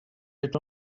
est